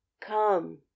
come